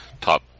top